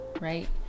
right